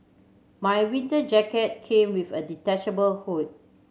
my winter jacket came with a detachable hood